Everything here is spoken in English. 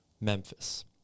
Memphis